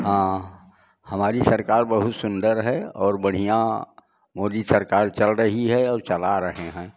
हाँ हमारी सरकार बहुत सुंदर है और बढ़ियाँ मोदी सरकार चल रही है और चला रहे हैं